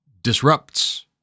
disrupts